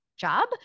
Job